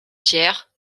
pierre